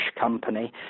company